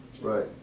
right